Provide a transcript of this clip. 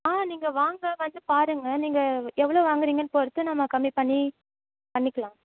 ஆ நீங்கள் வாங்க வந்து பாருங்க நீங்கள் எவ்வளோ வாங்குகிறீங்கனு பொறுத்து நம்ம கம்மிப் பண்ணி பண்ணிக்கலாம்